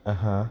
(uh huh)